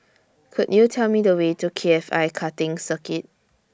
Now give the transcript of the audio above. Could YOU Tell Me The Way to K F I Karting Circuit